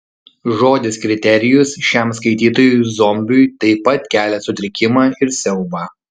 žodis kriterijus šiam skaitytojui zombiui taip pat kelia sutrikimą ir siaubą